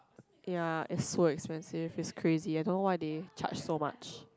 ya it's so expensive it's crazy I don't know why they charge so much